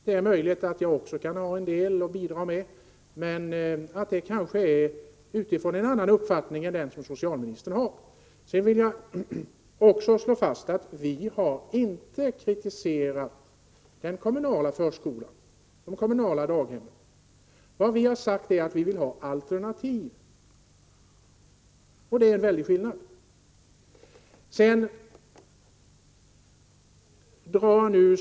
Det är möjligt att jag också kan ha en del att bidra med — kanske utifrån en annan uppfattning än den som socialministern har. Jag vill slå fast att vi inte har kritiserat den kommunala förskolan och de kommunala daghemmen. Vi har sagt att vi vill ha alternativ — det är stor skillnad.